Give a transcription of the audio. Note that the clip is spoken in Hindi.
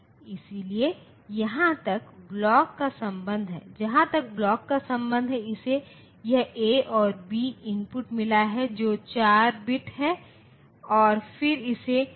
इस प्रकार यह वैसा ही है जैसा कि हमें टीटीएल के मामले में कहा गया है हम सामान्य रूप से इसे वीसीसी कहते हैं लेकिन इस मामले में हम इसे वीडीडी कहेंगे